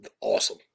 awesome